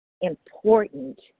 important